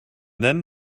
then